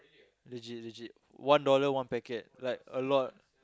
legit legit one dollar one packet like a lot